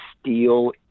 steel